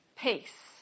peace